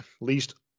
least